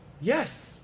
Yes